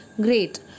Great